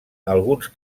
alguns